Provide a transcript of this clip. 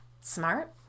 Smart